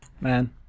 Man